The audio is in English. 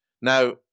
Now